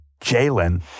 Jalen